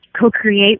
co-create